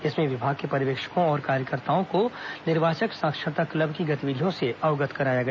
इसमें विभाग के पर्यवेक्षकों और कार्यकर्ताओं को निर्वाचक साक्षरता क्लब की गतिविधियों से अवगत कराया गया